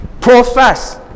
profess